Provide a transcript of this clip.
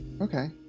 Okay